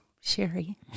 Sherry